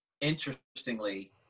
interestingly